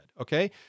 okay